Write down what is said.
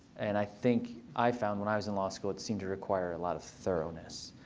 and i think i found when i was in law school, it seemed to require a lot of thoroughness.